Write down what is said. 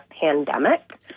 pandemic